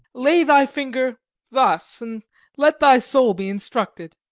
lay thy finger thus, and let thy soul be instructed.